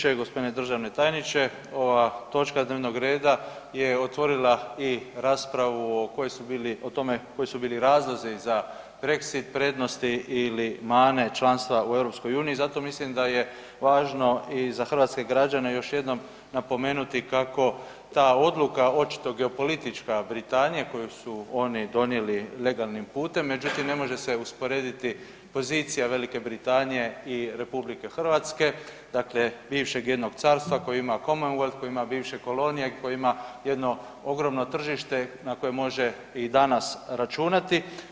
Hvala g. potpredsjedniče. g. Državni tajniče, ova točka dnevnog reda je otvorila i raspravu o kojoj su bili, o tome koji su bili razlozi za Brexit, prednosti ili mane članstva u EU i zato mislim da je važno i za hrvatske građane još jednom napomenuti kako ta odluka očito geopolitička Britanija koju su oni donijeli legalnim putem, međutim ne može se usporediti pozicija Velike Britanije i RH, dakle bivšeg jednog carstva koje ima … [[Govornik se ne razumije]] koje ima bivše kolonije, koji ima jedno ogromno tržište na koje može i danas računati.